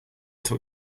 talk